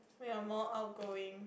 we are more outgoing